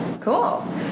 cool